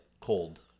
cold